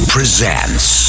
Presents